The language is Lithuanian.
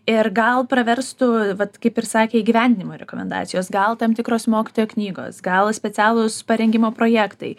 ir gal praverstų vat kaip ir sakė įgyvendinimo rekomendacijos gal tam tikros mokytojo knygos gal specialūs parengimo projektai